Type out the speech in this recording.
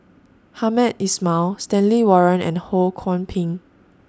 Hamed Ismail Stanley Warren and Ho Kwon Ping